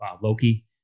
Loki